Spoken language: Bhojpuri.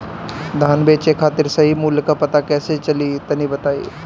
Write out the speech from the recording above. धान बेचे खातिर सही मूल्य का पता कैसे चली तनी बताई?